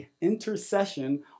intercession